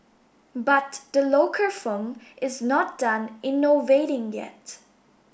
but the local firm is not done innovating yet